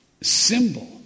symbol